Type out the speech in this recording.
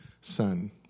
son